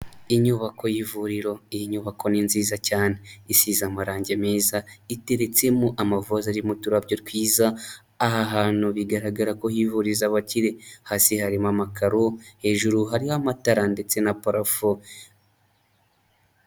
Inyubako y'ivuriro, iyi nyubako ni nziza cyane, isize amarangi meza, iteretsemo amavazi arimo uturabyo twiza, aha hantu bigaragara ko hivuriza abakire, hasi harimo amakaro, hejuru harimo amatara ndetse na parafo.